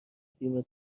فیلم